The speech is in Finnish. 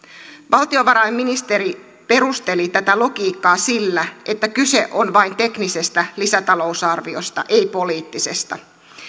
valtiovarainministeri perusteli tätä logiikkaa sillä että kyse on vain teknisestä lisätalousarviosta ei poliittisesta